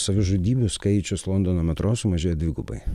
savižudybių skaičius londono metro sumažėjo dvigubai